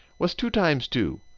what's two times two?